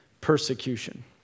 persecution